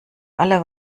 alle